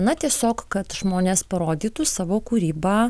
na tiesiog kad žmonės parodytų savo kūrybą